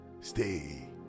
stay